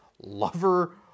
lover